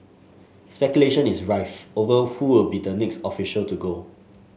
speculation is rife over who will be the next official to go